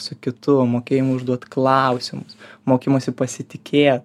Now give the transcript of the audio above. su kitu mokėjimu užduot klausimus mokymusi pasitikėt